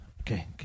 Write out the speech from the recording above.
Okay